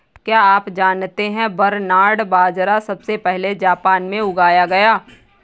क्या आप जानते है बरनार्ड बाजरा सबसे पहले जापान में उगाया गया